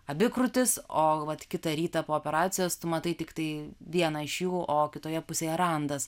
abi krūtis o vat kitą rytą po operacijos tu matai tiktai vieną iš jų o kitoje pusėje randas